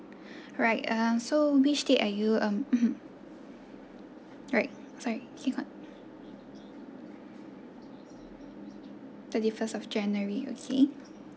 right uh so which date are you mm mmhmm right right kay got thirty first of january okay